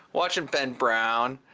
watching ben brown